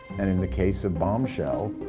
and in the case of bombshell,